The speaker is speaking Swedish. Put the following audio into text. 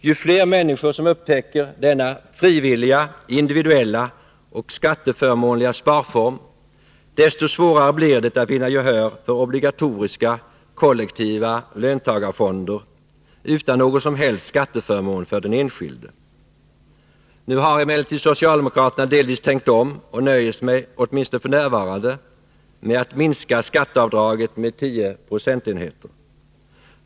Ju fler människor som upptäcker denna frivilliga, individuella och skatteförmånliga sparform, desto svårare blir det att vinna gehör för obligatoriska, kollektiva löntagarfonder utan någon som helst skatteförmån för den enskilde. Nu har emellertid socialdemokraterna delvis tänkt om och nöjer sig, åtminstone f.n., med att minska skatteavdraget med 10 procentenheter.